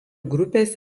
grupės